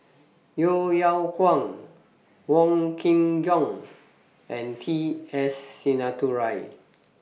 Yeo Yeow Kwang Wong Kin Jong and T S Sinnathuray